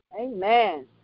Amen